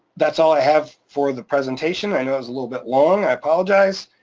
that's all i have for the presentation. i know it was a little bit long, i apologize.